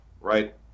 right